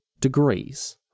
degrees